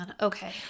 Okay